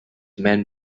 men